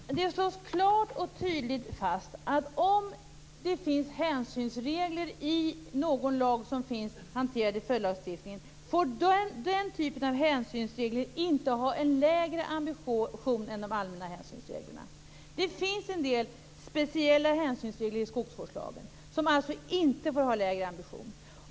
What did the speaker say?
Fru talman! Det slås klart och tydligt fast att om det finns hänsynsregler i någon lag som hanteras i följdlagstiftningen får den typen av hänsynsregler inte ha en lägre ambition än de allmänna hänsynsreglerna. Det finns en del speciella hänsynsregler i skogsvårdslagen som alltså inte får ha lägre ambition.